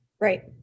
Right